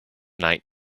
night